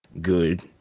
good